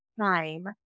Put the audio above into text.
time